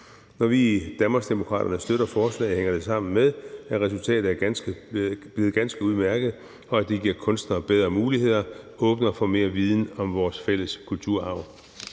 Når vi i Danmarksdemokraterne støtter forslaget, hænger det sammen med, at resultatet er blevet ganske udmærket, og at det giver kunstnere bedre muligheder og åbner for mere viden om vores fælles kulturarv.